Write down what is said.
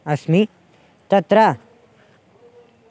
अस्मि तत्र